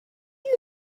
you